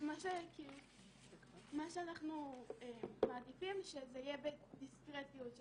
מה שאנחנו מעדיפים, שזה יהיה בדיסקרטיות.